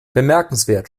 bemerkenswert